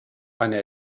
eine